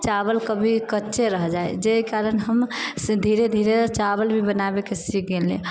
चावल कभी कच्चे रहि जाए जेहि कारण हम धीरे धीरे चावल भी बनाबेके सिख लेली